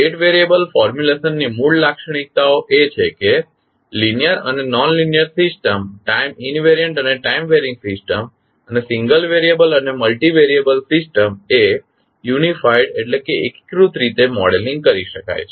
state variable formulation ની મૂળ લાક્ષણિકતાઓ એ છે કે લીનીઅર અને નોનલીનીઅર સિસ્ટમ્સ ટાઇમ ઇન્વેરીયન્ટ અને ટાઇમ વેરીંગ સિસ્ટમ અને સિંગલ વેરિયબલ અને મલ્ટિવેરિયબલ સિસ્ટમ એ એકીકૃત રીતે મોડેલિંગ કરી શકાય છે